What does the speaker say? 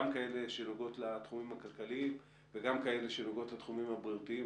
גם כאלה שנוגעות לתחומים הכלכליים וגם כאלה שנוגעות לתחומים הבריאותיים,